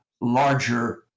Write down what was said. larger